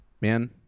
man